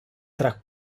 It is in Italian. tra